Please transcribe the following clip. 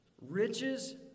Riches